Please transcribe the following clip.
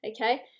okay